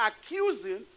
accusing